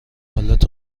حالت